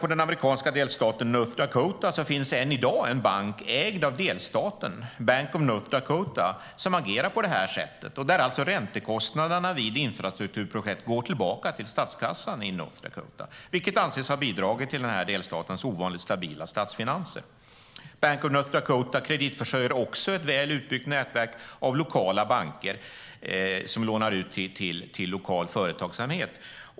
I den amerikanska delstaten North Dakota finns det än i dag en bank ägd av delstaten, Bank of North Dakota, som agerar på det här sättet och där alltså räntekostnader vid infrastrukturprojekt går tillbaka till statskassan i North Dakota, vilket anses ha bidragit till den här delstatens ovanligt stabila statsfinanser. Bank of North Dakota kreditförsörjer också ett väl utbyggt nätverk av lokala banker som lånar ut till lokal företagsamhet.